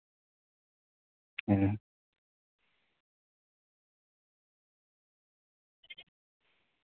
ᱦᱩᱸ